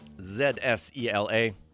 Z-S-E-L-A